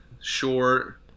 short